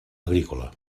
agrícola